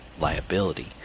liability